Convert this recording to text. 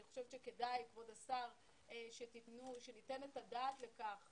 אני חושבת שכדאי כבוד השר שניתן את הדעת לכך